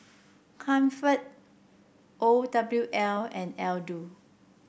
Comfort O W L and Aldo